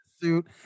suit